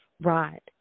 Right